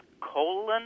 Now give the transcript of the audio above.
colon